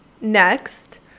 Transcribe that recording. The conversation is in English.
next